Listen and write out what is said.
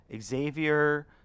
Xavier